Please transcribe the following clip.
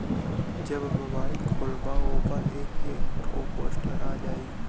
जब मोबाइल खोल्बा ओपर एक एक ठो पोस्टर आ जाई